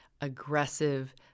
aggressive